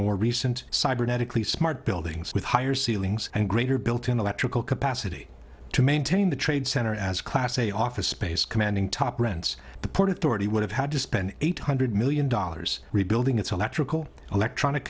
more recent cybernetically smart buildings with higher ceilings and greater built in electrical capacity to maintain the trade center as class a office space commanding top rents the port authority would have had to spend eight hundred million dollars rebuilding its electrical electronic